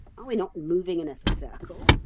are we not moving in a circle?